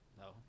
No